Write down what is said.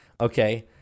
Okay